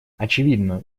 очевидно